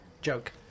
Joke